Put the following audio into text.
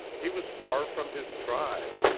he was far from his tribe,